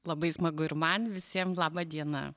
labai smagu ir man visiem laba diena